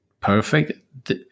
perfect